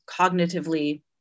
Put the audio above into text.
cognitively